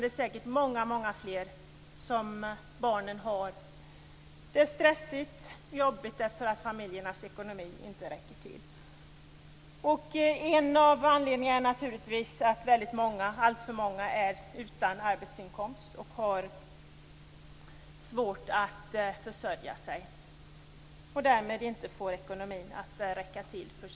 Det är säkert många fler barn som har det stressigt och jobbigt därför att familjernas ekonomi är för dålig. En av anledningarna är att alltför många är utan arbetsinkomst och har svårt att försörja sig. Därmed får man inte ekonomin att gå ihop.